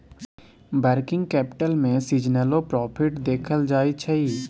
working capital में सीजनलो profit देखल जाइ छइ